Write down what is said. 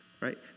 Right